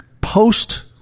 post